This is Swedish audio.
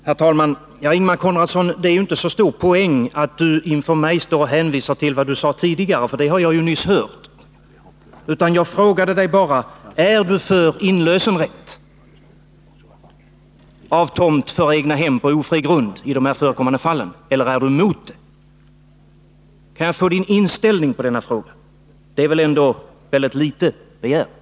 Herr talman! Det är ju inte så stor poäng med att Ingemar Konradsson inför mig hänvisar till vad han sade tidigare — det har jag ju nyss hört. Jag frågade bara: Är du för inlösenrätt av tomt för egnahem på ofri grund i de här förekommande fallen eller är du emot en sådan inlösenrätt? Kan jag få höra din inställning i den frågan! Det är väl ändå litet begärt.